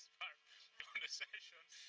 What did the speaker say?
part of the session,